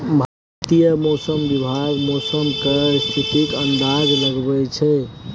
भारतीय मौसम विभाग मौसम केर स्थितिक अंदाज लगबै छै